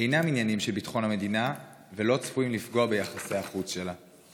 אינם עניינים של ביטחון המדינה או צפויים לפגוע ביחסי החוץ שלה.